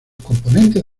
componentes